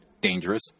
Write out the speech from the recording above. dangerous